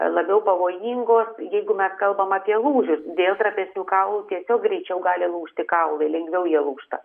labiau pavojingos jeigu mes kalbam apie lūžius dėl trapesnių kaulų tiesiog greičiau gali lūžti kaulai lengviau jie lūžta